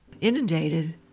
inundated